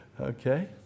Okay